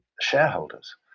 shareholders